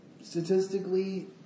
statistically